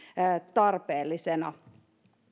tarpeellisena